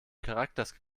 charakters